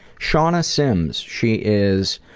shauna simms. she is